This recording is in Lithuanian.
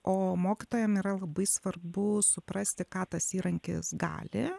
o mokytojam yra labai svarbu suprasti ką tas įrankis gali